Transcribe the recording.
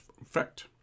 effect